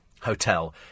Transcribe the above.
hotel